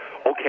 Okay